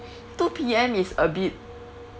two P_M is a bit